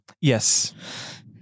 Yes